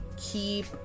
keep